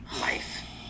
life